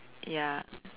ya